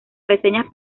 reseñas